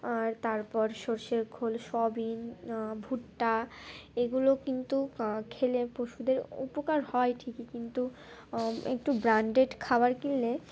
আর তারপর সরষের খোল সোয়াবিন ভুট্টা এগুলো কিন্তু খেলে পশুদের উপকার হয় ঠিকই কিন্তু একটু ব্র্যান্ডেড খাবার কিনলে